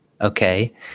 Okay